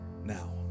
now